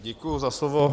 Děkuji za slovo.